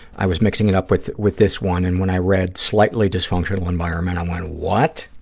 i was mixing it up with with this one, and when i read slightly dysfunctional environment, um i what?